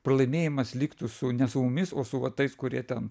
pralaimėjimas liktų su ne su mumis o su tais kurie ten